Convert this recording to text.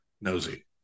Nosy